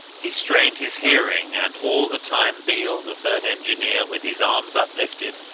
he strained his hearing and all the time beale, the third engineer, with his arms uplifted,